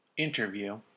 interview